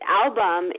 album